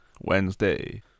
Wednesday